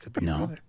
No